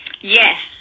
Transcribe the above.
yes